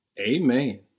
amen